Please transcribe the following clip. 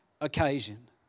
occasion